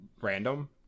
random